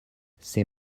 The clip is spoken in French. ses